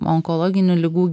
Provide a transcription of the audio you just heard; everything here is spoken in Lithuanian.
onkologinių ligų